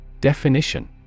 Definition